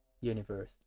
universe